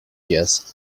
just